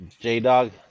J-Dog